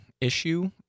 issue